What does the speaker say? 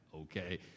okay